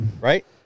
Right